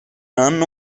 anno